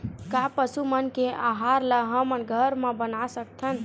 का पशु मन के आहार ला हमन घर मा बना सकथन?